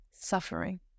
suffering